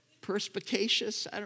Perspicacious